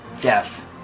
death